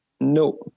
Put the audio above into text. No